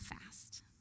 fast